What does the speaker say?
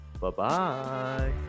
Bye-bye